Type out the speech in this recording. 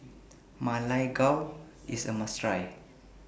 Ma Lai Gao IS A must Try